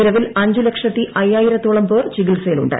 നിലവിൽ അഞ്ചു ലക്ഷത്തി അയ്യായിരത്തോളം പേർ ചികിത്സയിലുണ്ട്